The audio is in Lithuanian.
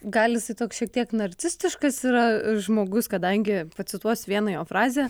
gal jisai toks šiek tiek narcistiškas yra žmogus kadangi pacituosiu vieną jo frazę